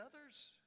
others